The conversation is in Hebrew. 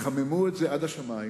יחממו את זה עד השמים.